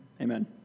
Amen